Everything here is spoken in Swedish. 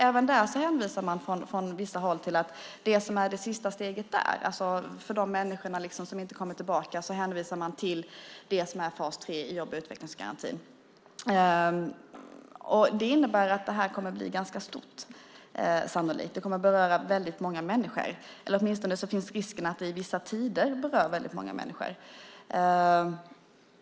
Även där hänvisar man från vissa håll till det som är det sista steget. För de människor som inte kommer tillbaka hänvisar man till fas tre i jobb och utvecklingsgarantin. Det innebär att det här sannolikt kommer att bli ganska stort. Det kommer att beröra väldigt många människor. Åtminstone finns risken att det vid vissa tider berör väldigt många människor.